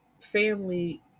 family